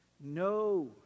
no